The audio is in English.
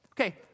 Okay